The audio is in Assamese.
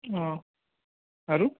অঁ আৰু